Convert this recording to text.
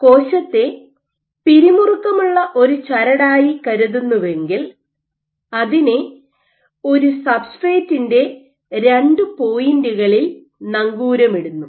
കോശത്തെ പിരിമുറുക്കമുള്ള ഒരു ചരടായി കരുതുന്നുവെങ്കിൽ അതിനെ ഒരു സബ്സ്ട്രേറ്റിന്റെ രണ്ട് പോയിന്റുകളിൽ നങ്കൂരമിടുന്നു